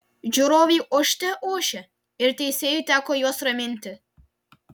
žiūrovai ošte ošė ir teisėjui teko juos raminti